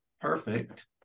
perfect